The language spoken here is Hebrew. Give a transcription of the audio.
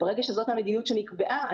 ברגע שזאת המדיניות שנקבעה,